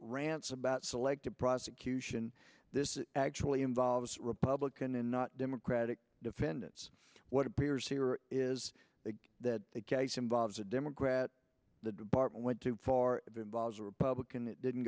rants about selective prosecution this actually involves republican and not democratic defendants what appears here or is it that the case involves a democrat the department went too far the involved a republican it didn't